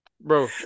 Bro